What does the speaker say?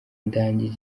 ndangije